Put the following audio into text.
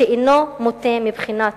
שאינו מוטה מבחינה תרבותית.